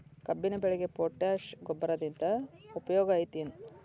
ಕಬ್ಬಿನ ಬೆಳೆಗೆ ಪೋಟ್ಯಾಶ ಗೊಬ್ಬರದಿಂದ ಉಪಯೋಗ ಐತಿ ಏನ್?